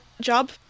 job